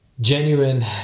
genuine